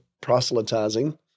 proselytizing